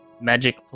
magic